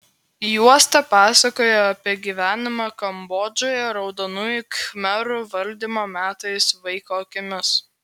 juosta pasakoja apie gyvenimą kambodžoje raudonųjų khmerų valdymo metais vaiko akimis